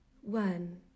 One